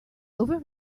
over